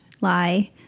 lie